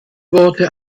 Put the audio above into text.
worte